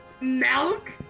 Milk